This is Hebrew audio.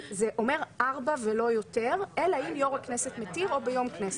זה אומר ארבע ולא יותר אלא אם יושב-ראש הכנסת מתיר או ביום כנסת.